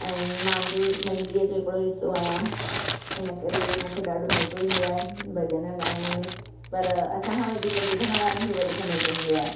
ऐं मां बि मंडलीअ जो हिकिड़ो हिसो आहियां इन करे मूंखे ॾाढो मज़ो ईंदो आहे भॼन ॻाइण में पर असांखां वधीक ॿुधण वारनि खे वधीक मज़ो ईंदो आहे